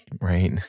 right